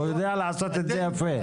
הוא יודע לעשות את זה יפה.